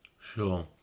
sure